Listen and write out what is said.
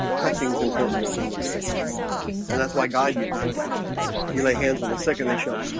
touching is important to a human being and that's why god uses it you lay hands on the sick and they show